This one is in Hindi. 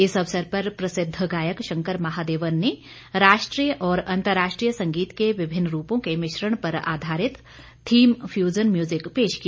इस अवसर पर प्रसिद्ध गायक शंकर महादेवन ने राष्ट्रीय और अंतर्राष्ट्रीय संगीत के विभिन्न रूपों के मिश्रण पर आधारित थीम फ्यूजन म्यूजिक पेश किया